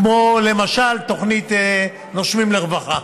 כמו למשל תוכנית נושמים לרווחה.